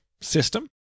System